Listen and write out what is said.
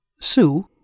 Sue